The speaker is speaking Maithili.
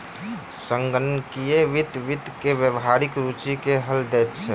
संगणकीय वित्त वित्त के व्यावहारिक रूचि के हल दैत अछि